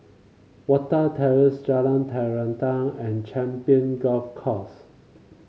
Watten Terrace Jalan Terentang and Champion Golf Course